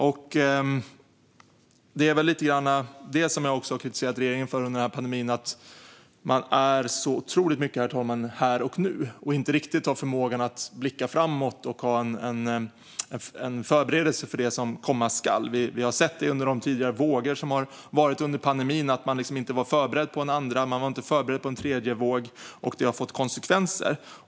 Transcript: Det är, herr talman, lite grann det här som jag har kritiserat regeringen för under pandemin: Man är så otroligt mycket här och nu och har inte riktigt förmågan att blicka framåt och ha en förberedelse för det som komma skall. Vi har sett detta under de tidigare vågor som har kommit under pandemin. Regeringen var inte förberedd på en andra våg och inte på en tredje våg, och det har fått konsekvenser.